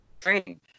training